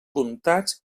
comptats